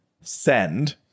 Send